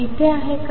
इथे आहे का